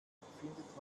findet